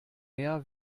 mehr